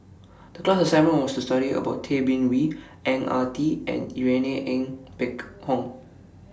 The class assignment was to study about Tay Bin Wee Ang Ah Tee and Irene Ng Phek Hoong